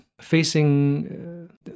facing